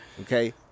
okay